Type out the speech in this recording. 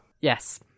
Yes